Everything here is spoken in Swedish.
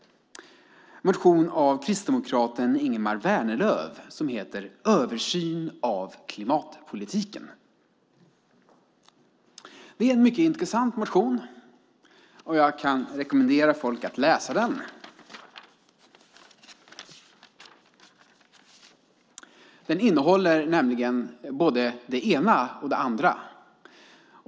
Det är en motion av kristdemokraten Ingemar Vänerlöv och heter Översyn av klimatpolitiken . Det är en mycket intressant motion, och jag kan rekommendera folk att läsa den. Den innehåller nämligen både det ena och det andra.